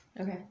Okay